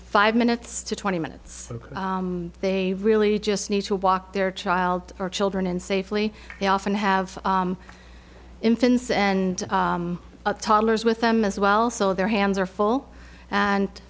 five minutes to twenty minutes they really just need to walk their child or children in safely they often have infants and toddlers with them as well so their hands are full and